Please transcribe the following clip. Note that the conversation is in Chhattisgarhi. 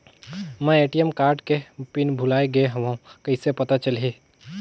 मैं ए.टी.एम कारड के पिन भुलाए गे हववं कइसे पता चलही?